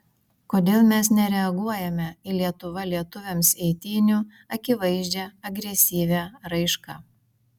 kodėl mes nereaguojame į lietuva lietuviams eitynių akivaizdžią agresyvią raišką